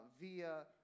via